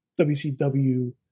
WCW